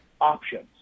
options